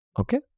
okay